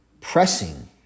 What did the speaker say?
pressing